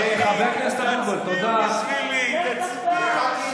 נערת הקניונים, הזמן נגמר.